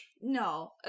No